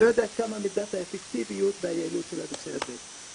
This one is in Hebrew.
אני לא יודע עד כמה מידת האפקטיביות של הנושא הזה.